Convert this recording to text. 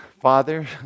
Father